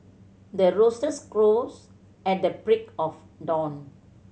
the roosters crows at the break of dawn